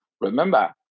Remember